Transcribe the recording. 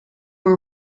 were